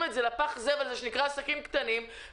הכול לפח הזבל הזה שנקרא עסקים קטנים,